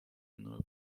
иную